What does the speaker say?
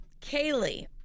Kaylee